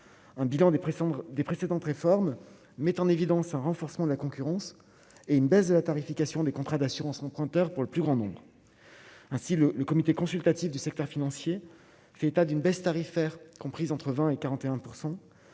pressions des précédentes réformes mettent en évidence un renforcement de la concurrence et une baisse de la tarification des contrats d'assurance emprunteur, pour le plus grand nombre, ainsi le comité consultatif du secteur financier, fait état d'une baisse tarifaire comprise entre 20 et 41